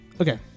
Okay